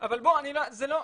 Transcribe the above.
זה לא,